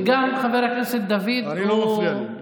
וגם חבר הכנסת דוד הוא, אני, לא מפריע לי.